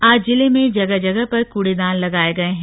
आज जिले में जगह जगह पर कूड़ेदान लगाये गए हैं